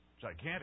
Gigantic